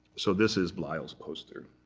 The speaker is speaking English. so this is bleyl's poster